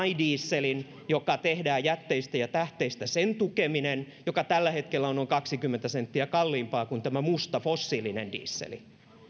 dieselin joka tehdään jätteistä ja tähteistä tukeminen joka tällä hetkellä on noin kaksikymmentä senttiä kalliimpaa kuin tämä musta fossiilinen diesel